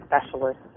specialist